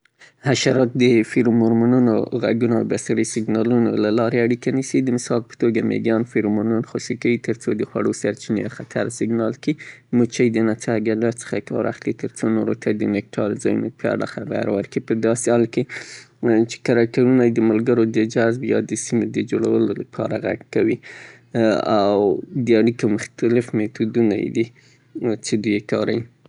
حشرات د فېرمونونو، غږونو، بصري سيګنالونو له لارې اړيکه نيسي. د مثال په توګه مېږيان فېرمونونه خوسي کوي؛ ترڅو د خوړو سرچينې يا خطر سېګنال کړي. مچۍ د نڅا، ګډا څخه کار اخلي؛ ترڅو نورو ته د نېټال ځايونو په اړه خبر ورکي، په داسې حال کې چې کرکټرونه يې د ملګرو د جذب يا د سيمې د جوړولو لپاره غږ کوي او د اړيکو مختلف ميتودونه يې دي چې دوی يې کاروي.